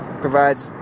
provides